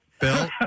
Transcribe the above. Bill